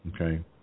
okay